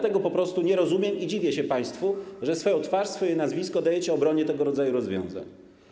Tego po prostu nie rozumiem i dziwię się państwu, że swoją twarz, swoje nazwisko dajecie obronie tego rodzaju rozwiązań.